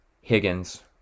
Higgins